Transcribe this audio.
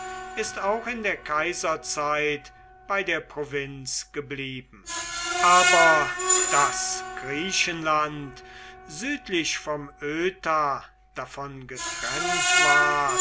ist auch in der kaiserzeit bei der provinz geblieben aber daß griechenland südlich vom oeta davon getrennt ward